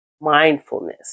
mindfulness